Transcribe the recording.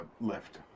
lift